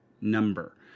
number